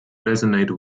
resonate